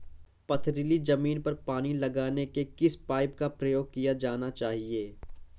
पथरीली ज़मीन पर पानी लगाने के किस पाइप का प्रयोग किया जाना चाहिए?